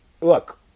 look